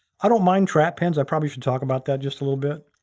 i don't mind trap pins. i probably should talk about that just a little bit.